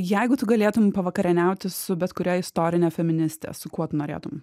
jeigu tu galėtum pavakarieniauti su bet kuria istorine feministe su kuo tu norėtum